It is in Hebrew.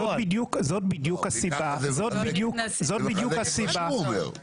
זה מחזק את מה שהוא אומר.